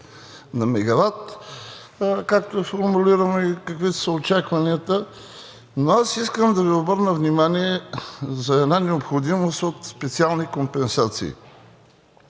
на мегават, както е формулирано и каквито са очакванията, но аз искам да Ви обърна внимание за една необходимост от специални компенсации.